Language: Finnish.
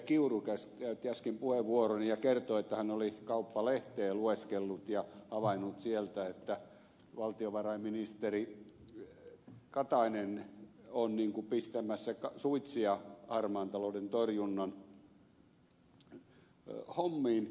kiuru käytti äsken puheenvuoron ja kertoi että hän oli kauppalehteä lueskellut ja havainnut sieltä että valtiovarainministeri katainen on niin kuin pistämässä suitsia harmaan talouden torjunnan hommiin